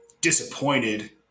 disappointed